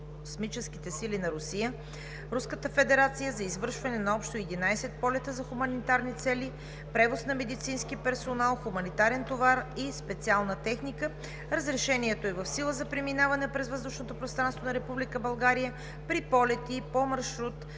космическите сили на Русия, Руска федерация, за извършване на общо 11 полета за хуманитарни цели, превоз на медицински персонал, хуманитарен товар и специална техника. Разрешението е в сила за преминаване през въздушното пространство